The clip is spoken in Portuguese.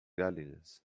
galinhas